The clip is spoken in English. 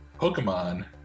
Pokemon